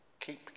Keep